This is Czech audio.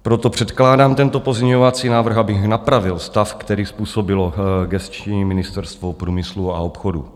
Proto předkládám tento pozměňovací návrh, abych napravil stav, který způsobilo gesční Ministerstvo průmyslu a obchodu.